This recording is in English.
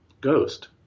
ghost